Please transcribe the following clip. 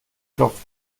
klopft